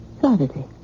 Saturday